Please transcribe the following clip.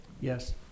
Yes